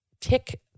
tick